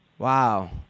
Wow